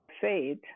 faith